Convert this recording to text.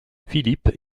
philippe